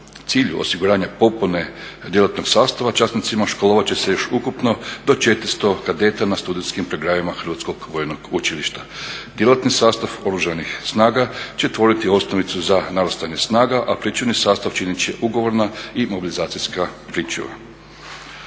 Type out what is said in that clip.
cilju osiguranja popune djelatnog sastava časnicima školovat će se još ukupno do 400 kadeta na studentskim programima Hrvatskog vojnog učilišta. Djelatni sastav Oružanih snaga će tvoriti osnovicu za narastanje snaga, a pričuvni sastav činit će ugovorna i mobilizacijska pričuva.